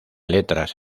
letras